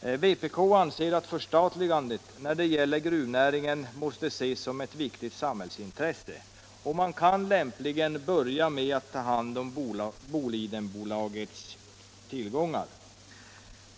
Vpk anser att förstatligandet av gruvnäringen måste ses som ett viktigt samhällsintresse. Man kan lämpligen börja med att ta hand om Bolidenbolagets tillgångar.